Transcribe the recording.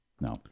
No